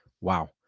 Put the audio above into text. wow